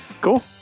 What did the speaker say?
Cool